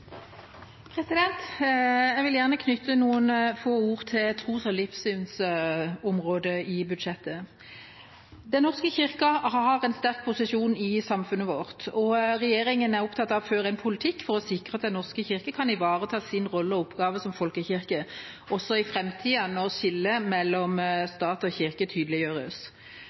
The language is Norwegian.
Jeg vil gjerne knytte noen få ord til tros- og livssynsområdet i budsjettet. Den norske kirke har en sterk posisjon i samfunnet vårt, og regjeringa er opptatt av å føre en politikk for å sikre at Den norske kirke kan ivareta sin rolle og oppgave som folkekirke også i framtida, når skillet mellom